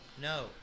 no